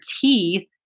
teeth